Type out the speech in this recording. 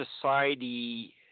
society